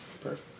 perfect